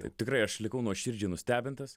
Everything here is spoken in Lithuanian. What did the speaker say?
taip tikrai aš likau nuoširdžiai nustebintas